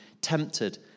tempted